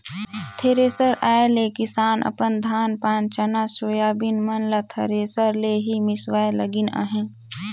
thresher आए ले किसान अपन धान पान चना, सोयाबीन मन ल थरेसर ले ही मिसवाए लगिन अहे